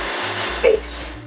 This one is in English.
space